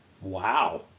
Wow